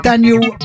Daniel